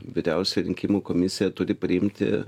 vyriausioji rinkimų komisija turi priimti